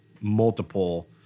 multiple